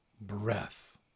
breath